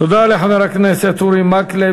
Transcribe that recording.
תודה לחבר הכנסת אורי מקלב.